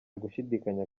gushidikanya